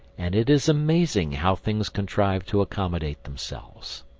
and it is amazing how things contrive to accommodate themselves.